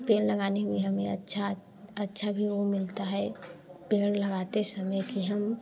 पेड़ लगाने में हमें अच्छा अच्छा भी वह मिलता है पेड़ लगाते समय कि हम